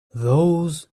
those